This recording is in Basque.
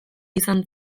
izan